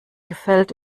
gefällt